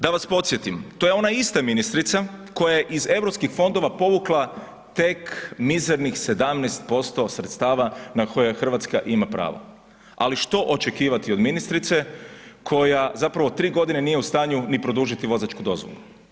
Da vas podsjetim to je ona ista ministrica koja je iz Europskih fondova povukla tek mizernih 17% sredstava na koje Hrvatska ima pravo, ali što očekivati od ministrice koja zapravo 3 godine nije u stanju ni produžiti vozačku dozvolu.